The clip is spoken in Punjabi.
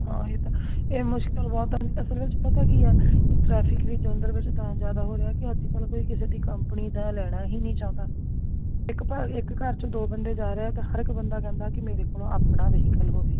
ਹਾਂ ਇਹ ਤਾਂ ਇਹ ਮੁਸ਼ਕਿਲ ਬਹੁਤ ਆਉਂਦੀ ਅਸਲ ਵਿੱਚ ਪਤਾ ਕੀ ਆ ਇੱਕ ਟਰੈਫਿਕ ਵੀ ਜਲੰਧਰ ਵਿੱਚ ਤਾਂ ਜ਼ਿਆਦਾ ਹੋ ਰਿਹਾ ਕਿ ਅੱਜ ਕੱਲ੍ਹ ਕੋਈ ਕਿਸੇ ਦੀ ਕੰਪਨੀ ਤਾਂ ਲੈਣਾ ਹੀ ਨਹੀ ਚਾਹੁੰਦਾ ਇੱਕ ਭਰ ਇੱਕ ਘਰ 'ਚ ਦੋ ਬੰਦੇ ਜਾ ਰਿਹਾ ਤਾਂ ਹਰ ਇੱਕ ਬੰਦਾ ਕਹਿੰਦਾ ਕਿ ਮੇਰੇ ਕੋਲ ਆਪਣਾ ਵਹੀਕਲ ਹੋਵੇ